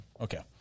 Okay